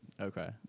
Okay